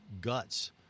guts